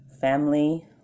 family